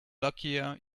luckier